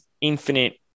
infinite